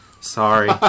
Sorry